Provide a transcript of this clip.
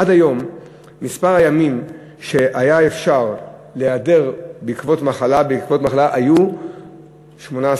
עד היום מספר הימים שהיה אפשר להיעדר בהם עקב מחלה היה 18,